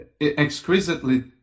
exquisitely